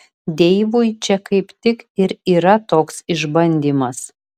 deivui čia kaip tik ir yra toks išbandymas